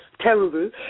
terrible